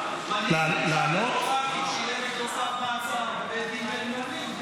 מנהיג מדינה דמוקרטית שיהיה נגדו צו מעצר בבית דין בין-לאומי,